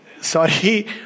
Sorry